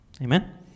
Amen